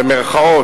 במירכאות,